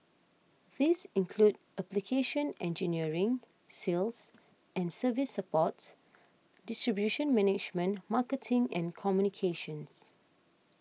these include application engineering sales and service support distribution management marketing and communications